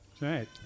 Right